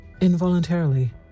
Involuntarily